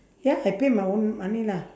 ya I pay my own money lah